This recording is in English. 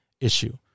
issue